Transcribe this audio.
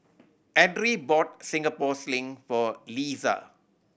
Edrie bought Singapore Sling for Leesa